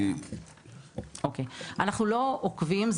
אנחנו לא עוקבים,